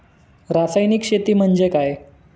रासायनिक शेती म्हणजे काय?